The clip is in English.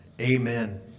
Amen